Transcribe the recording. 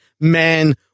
man